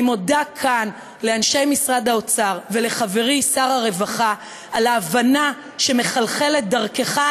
אני מודה כאן לאנשי משרד האוצר ולחברי שר הרווחה על ההבנה שמחלחלת דרכך,